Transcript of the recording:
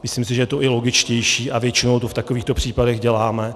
Myslím si, že je to i logičtější, a většinou to v takovýchto případech děláme.